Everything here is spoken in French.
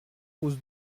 pose